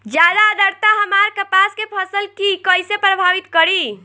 ज्यादा आद्रता हमार कपास के फसल कि कइसे प्रभावित करी?